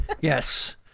yes